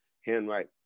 handwrite